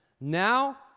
Now